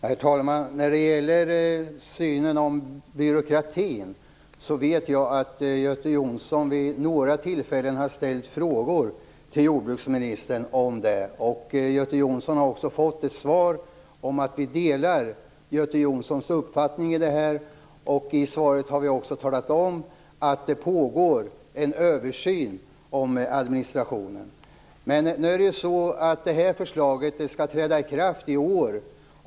Herr talman! När det gäller synen på byråkratin, vet jag att Göte Jonsson vid några tillfällen har ställt frågor till jordbruksministern om det. Göte Jonsson har fått svaret att vi delar hans uppfattning. I svaret har vi också talat om att det pågår en översyn om administrationen. Det här förslaget skall träda i kraft i år.